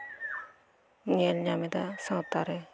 ᱧᱮᱞ ᱧᱟᱢᱮᱫᱟ ᱥᱟᱶᱛᱟ ᱨᱮ